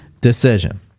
Decision